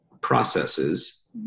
processes